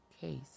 case